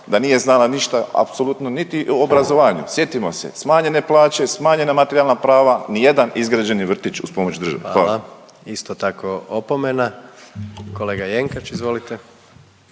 da nije znala ništa apsolutno niti o obrazovanju. Sjetimo se, smanjene plaće, smanjena materijalna prava, nijedan izgrađeni vrtić uz pomoć države. Hvala. **Jandroković, Gordan (HDZ)** Hvala.